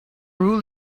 rule